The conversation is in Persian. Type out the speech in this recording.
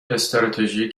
استراتژی